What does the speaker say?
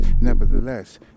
Nevertheless